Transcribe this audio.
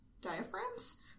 diaphragms